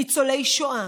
ניצולי שואה,